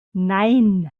nein